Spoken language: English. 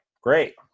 great